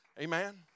Amen